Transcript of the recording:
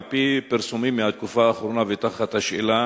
על-פי פרסומים מהתקופה האחרונה בשאלה